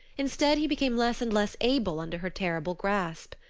instead he became less and less able under her terrible grasp.